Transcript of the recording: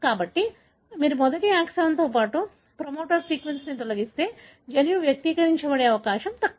కాబట్టి మీరు మొదటి ఎక్సాన్తో పాటు ప్రమోటర్ సీక్వెన్స్ని తొలగిస్తే జన్యువు వ్యక్తీకరించబడే అవకాశం తక్కువ